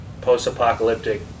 post-apocalyptic